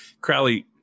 Crowley